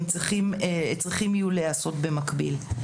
הם צריכים יהיו להיעשות במקביל.